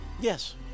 Yes